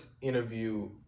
interview